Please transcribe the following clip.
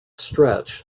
stretch